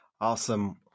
awesome